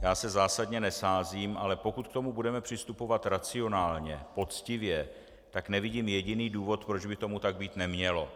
Já se zásadně nesázím, ale pokud k tomu budeme přistupovat racionálně, poctivě, tak nevidím jediný důvod, proč by tomu tak být nemělo.